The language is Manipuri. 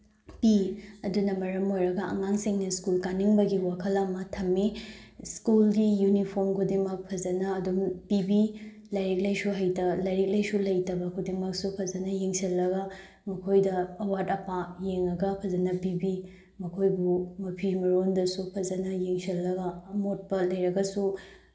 ꯄꯤ ꯑꯗꯨꯅ ꯃꯔꯝ ꯑꯣꯏꯔꯒ ꯑꯉꯥꯡꯁꯤꯡꯅ ꯁ꯭ꯀꯨꯜ ꯀꯥꯅꯤꯡꯕꯒꯤ ꯋꯥꯈꯜ ꯑꯃ ꯊꯝꯃꯤ ꯁ꯭ꯀꯨꯜꯒꯤ ꯌꯨꯅꯤꯐꯣꯝ ꯈꯨꯗꯤꯡꯃꯛ ꯐꯖꯅ ꯑꯗꯨꯝ ꯄꯤꯕꯤ ꯂꯥꯏꯔꯤꯛ ꯂꯥꯏꯁꯨ ꯂꯥꯏꯔꯤꯛ ꯂꯥꯏꯁꯨ ꯂꯩꯇꯕ ꯈꯨꯗꯤꯡꯃꯛ ꯐꯖꯅ ꯌꯦꯡꯁꯤꯜꯂꯒ ꯃꯈꯣꯏꯗ ꯑꯋꯥꯠ ꯑꯄꯥ ꯌꯦꯡꯉꯒ ꯐꯖꯅ ꯄꯤꯕꯤ ꯃꯈꯣꯏꯕꯨ ꯃꯐꯤ ꯃꯔꯣꯟꯗꯁꯨ ꯐꯖꯅ ꯌꯦꯡꯁꯤꯜꯂꯒ ꯑꯃꯣꯠꯄ ꯂꯩꯔꯒꯁꯨ